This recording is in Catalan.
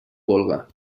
volga